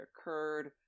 occurred